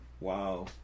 Wow